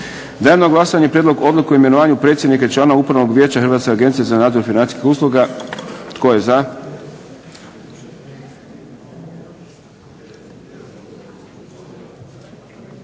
Dajem na glasovanje Prijedlog odluke o imenovanju predsjednika i članova upravnog vijeća Hrvatske agencije za nadzor financijskih usluga. Tko je za?